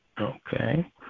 okay